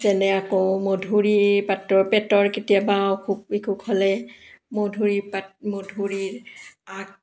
যেনে আকৌ মধুৰি পাতৰ পেটৰ কেতিয়াবা অসুখ বিসুখ হ'লে মধুৰি পাত মধুৰিৰ আগ